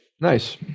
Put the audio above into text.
Nice